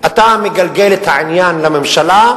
אתה מגלגל את העניין לממשלה.